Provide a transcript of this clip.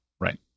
right